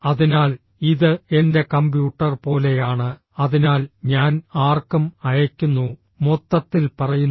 അതിനാൽ ഇത് എന്റെ കമ്പ്യൂട്ടർ പോലെയാണ് അതിനാൽ ഞാൻ ആർക്കും അയയ്ക്കുന്നു മൊത്തത്തിൽ പറയുന്നു